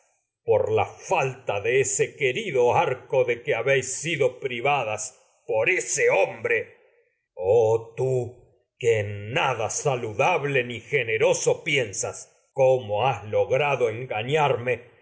cosas aguantáis porfalta de ese querido arco de habéis sido privadas por roso ese hombre oh tú que en nada saludable ni gene cómo has logrado engañarme